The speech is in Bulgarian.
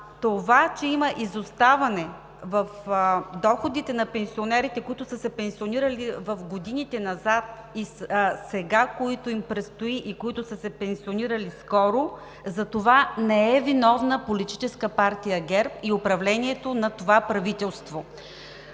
Това, че има изоставане в доходите на пенсионерите, които са се пенсионирали в годините назад и сега, които им предстои и които са се пенсионирали скоро, за това не е виновна Политическа партия ГЕРБ и управлението на това правителство.